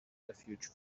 refuge